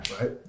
right